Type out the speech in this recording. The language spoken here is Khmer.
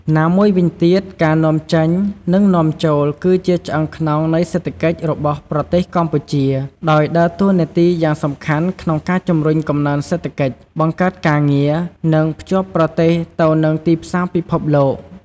ណាមួយវិញទៀតការនាំចេញ និងនាំចូលគឺជាឆ្អឹងខ្នងនៃសេដ្ឋកិច្ចរបស់ប្រទេសកម្ពុជា ដោយដើរតួនាទីយ៉ាងសំខាន់ក្នុងការជំរុញកំណើនសេដ្ឋកិច្ច បង្កើតការងារ និងភ្ជាប់ប្រទេសទៅនឹងទីផ្សារពិភពលោក។